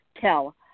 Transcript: tell